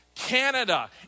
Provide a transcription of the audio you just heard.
Canada